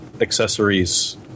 accessories